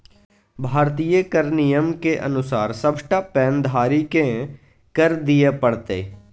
भारतीय कर नियमक अनुसार सभटा पैन धारीकेँ कर दिअ पड़तै